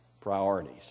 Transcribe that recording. priorities